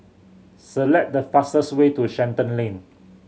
select the fastest way to Shenton Lane